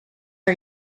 are